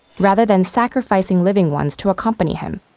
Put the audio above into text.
rather than sacrificing living ones to accompany him,